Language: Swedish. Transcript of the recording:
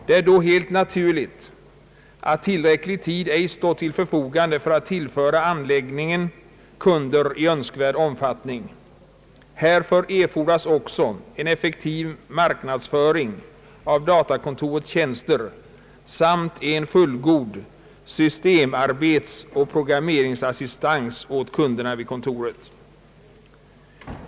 Det är då helt naturligt att tillräcklig tid ej stått till förfogande för att tillföra anläggningen kunder i önskvärd omfattning. Härför erfordras också en effektiv marknadsföring av datakontorets tjänster samt en fullgod systemarbetsoch programmeringsassistans åt kunderna vid kontoret.